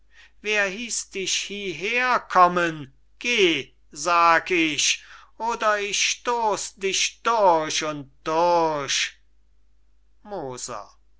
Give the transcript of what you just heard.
wer hieß dich hieher kommen geh sag ich oder ich stoß dich durch und durch moser